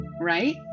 right